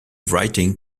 writing